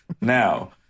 Now